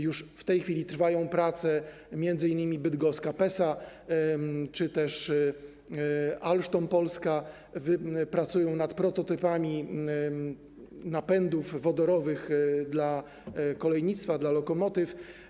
Już w tej chwili trwają prace, m.in. bydgoska PESA czy Alstom Polska pracują nad prototypami napędów wodorowych dla kolejnictwa, dla lokomotyw.